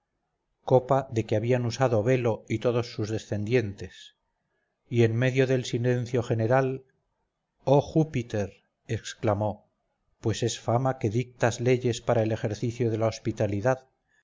copa de que habían usado belo y todos sus descendientes y en medio del silencio general oh júpiter exclamó pues es fama que dictas leyes para el ejercicio de la hospitalidad